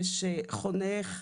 יש חונך,